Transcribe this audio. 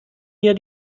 mir